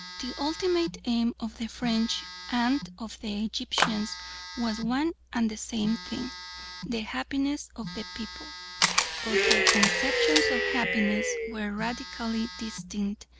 the ultimate aim of the french and of the egyptians was one and the same thing the happiness of the people but their conceptions of happiness were radically distinct,